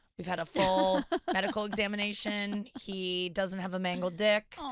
i've had a full medical examination, he doesn't have a mangled dick.